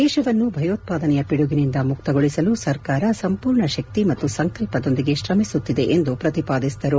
ದೇಶವನ್ನು ಭಯೋತ್ಪಾದನೆಯ ಖಿಡುಗಿನಿಂದ ಮುಕ್ತಗೊಳಿಸಲು ಸರ್ಕಾರ ಸಂಪೂರ್ಣ ಶಕ್ತಿ ಮತ್ತು ಸಂಕಲ್ಪದೊಂದಿಗೆ ಶ್ರಮಿಸುತ್ತಿದೆ ಎಂದು ಪ್ರತಿಪಾದಿಸಿದರು